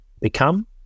become